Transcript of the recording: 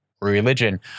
religion